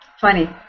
Funny